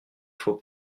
faut